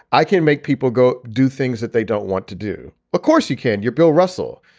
i can make people go do things that they don't want to do. of course you can. you're bill russell.